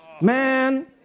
Man